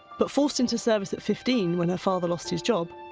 but forced into service at fifteen when her father lost his job,